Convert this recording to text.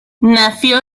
nació